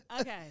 Okay